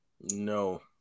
No